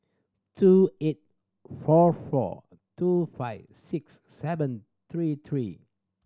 two eight four four two five six seven three three